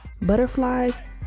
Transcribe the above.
butterflies